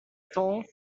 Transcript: temps